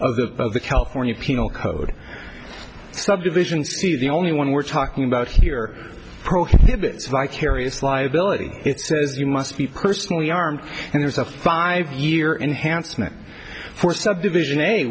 of the california penal code subdivisions the only one we're talking about here prohibits vicarious liability it says you must be personally armed and there's a five year enhanced meant for subdivision